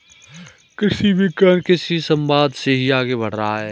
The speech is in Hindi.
कृषि विज्ञान कृषि समवाद से ही आगे बढ़ रहा है